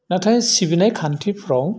नाथाइ सिबिनाय खान्थिफ्राव